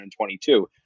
2022